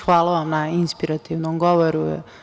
hvala vam na inspirativnom govoru.